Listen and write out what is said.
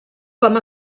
com